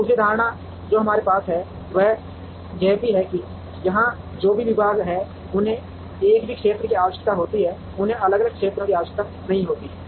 दूसरी धारणा जो हमारे पास है वह यह भी है कि यहाँ जो भी विभाग हैं उन्हें एक ही क्षेत्र की आवश्यकता होती है उन्हें अलग अलग क्षेत्रों की आवश्यकता नहीं होती है